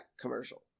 commercial